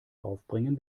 aufbringen